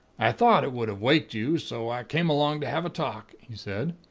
i thought it would have waked you, so i came along to have a talk he said.